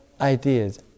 ideas